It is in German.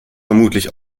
vermutlich